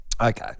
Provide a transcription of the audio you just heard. Okay